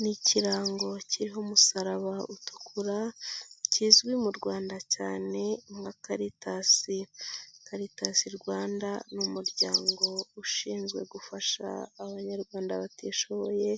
Ni ikirango kiriho umusaraba utukura kizwi mu rwanda cyane nka Caritas. Caritas Rwanda, ni umuryango ushinzwe gufasha abanyarwanda batishoboye,